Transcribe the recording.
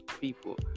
people